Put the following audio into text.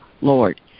Lord